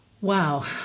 Wow